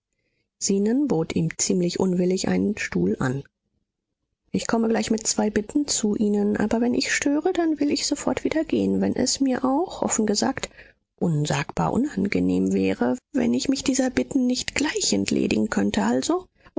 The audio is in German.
zenon bot ihm ziemlich unwillig einen stuhl an ich komme gleich mit zwei bitten zu ihnen aber wenn ich störe dann will ich sofort wieder gehen wenn es mir auch offen gesagt unsagbar unangenehm wäre wenn ich mich dieser bitten nicht gleich entledigen könnte also